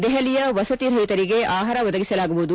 ದೆಹಲಿಯ ವಸತಿರಹಿತರಿಗೆ ಆಹಾರ ಒದಗಿಸಲಾಗುವುದು